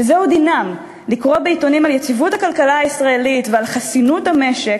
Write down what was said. שזהו דינם: לקרוא בעיתונים על יציבות הכלכלה הישראלית ועל חסינות המשק